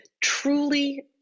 truly